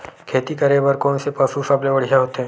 खेती करे बर कोन से पशु सबले बढ़िया होथे?